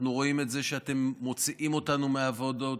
אנחנו רואים את זה שאתם מוציאים אותנו מהוועדות,